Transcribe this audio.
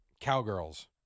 Cowgirls